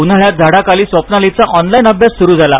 उन्हाळ्यात झाडाखाली स्वप्नालीचा ऑनलाईन अभ्यास सुरु झाला